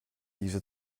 diese